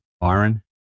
Byron